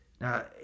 now